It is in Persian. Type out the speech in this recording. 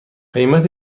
قیمت